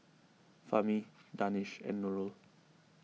Fahmi Danish and Nurul